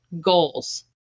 goals